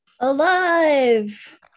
Alive